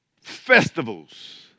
festivals